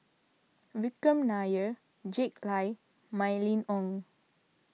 Vikram Nair Jack Lai and Mylene Ong